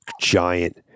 giant